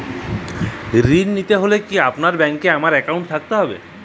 ঋণ নিতে হলে কি আপনার ব্যাংক এ আমার অ্যাকাউন্ট থাকতে হবে?